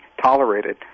tolerated